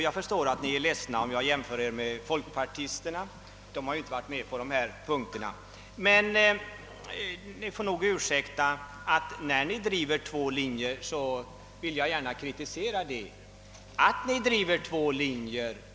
Jag förstår att ni är ledsna, om jag jämför er med folkpartisterna, men ni får ursäkta att jag gärna vill kritisera att ni driver två linjer.